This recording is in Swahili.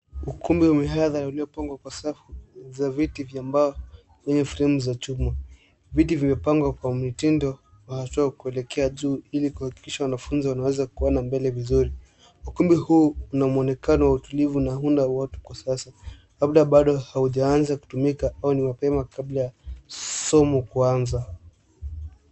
Ukumbi wa mihadhara uliopangwa kwa safu za viti vya mbao zenye fremu za chuma. Viti vimepangwa kwa mitindo hasa wa kuelekea juu ili kuhakikisha wanafunzi wanaweza kuona mbele vizuri. Ukumbi huu una mwonekano wa utulivu na hauna watu kwa sasa. Labda bado haujaanza kutumika au ni mapema kabla somo kuanza.